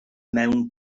mewn